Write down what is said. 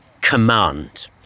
command